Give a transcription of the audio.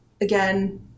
Again